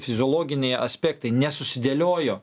fiziologiniai aspektai nesusidėliojo